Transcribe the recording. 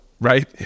right